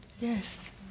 yes